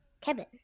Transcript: Kevin